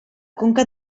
conca